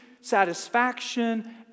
satisfaction